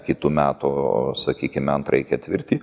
kitų metų sakykime antrąjį ketvirtį